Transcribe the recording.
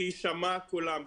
שיישמע קולם,